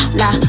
la